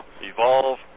evolve